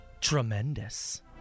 Tremendous